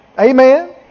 Amen